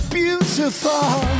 beautiful